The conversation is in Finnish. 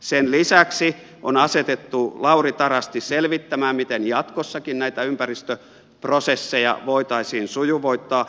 sen lisäksi on asetettu lauri tarasti selvittämään miten jatkossakin näitä ympäristöprosesseja voitaisiin sujuvoittaa